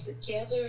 together